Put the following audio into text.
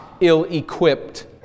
ill-equipped